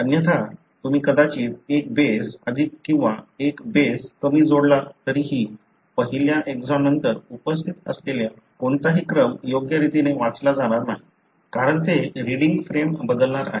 अन्यथा तुम्ही कदाचित एक बेस अधिक किंवा एक बेस कमी जोडला तरीही पहिल्या एक्सॉन नंतर उपस्थित असलेला कोणताही क्रम योग्य रीतीने वाचला जाणार नाही कारण ते रिडींग फ्रेम बदलणार आहे